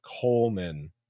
Coleman